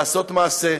לעשות מעשה,